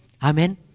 Amen